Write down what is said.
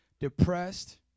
depressed